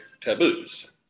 taboos